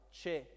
c'è